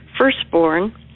firstborn